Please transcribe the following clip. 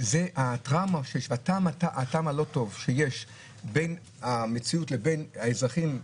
הטעם הלא טוב שיש בין המציאות לבין האזרחים,